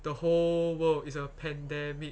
the whole world it's a pandemic